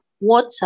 water